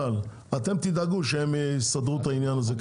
אתם תדאגו שהם יסדרו את העניין הזה,